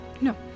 No